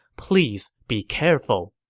please be careful.